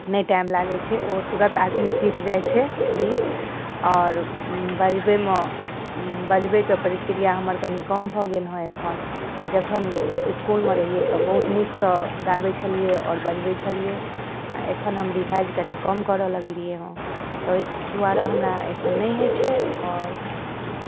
नहि टाइम लागै छै ओ तुरन्त आदमी सिख जाइ छै गीत आओर बजबैमे बजबैके प्रक्रिया हमर कनि कम भऽ गेल हँ एखन जखन इसकुलमे रहिए तऽ बहुत नीकसँ गाबै छलिए आओर बजबै छलिए आओर एखन हम रिवाइज कनि कम करऽ लगलिए हँ ताहि दुआरे हमरा एखन नहि होइ छै आओर